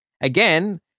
Again